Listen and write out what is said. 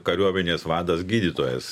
kariuomenės vadas gydytojas